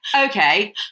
Okay